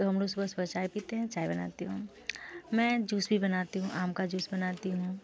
तो हम लोग सुबह सुबह चाय पीते हैं चाय बनाती हूँ मैं जूस भी बनाती हूँ आम का जूस बनाती हूँ